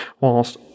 whilst